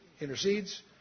intercedes